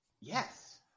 Yes